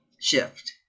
shift